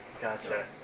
Gotcha